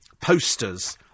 posters